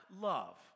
love